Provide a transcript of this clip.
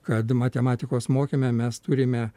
kad matematikos mokyme mes turime